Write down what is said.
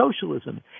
socialism